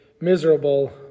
miserable